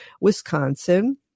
wisconsin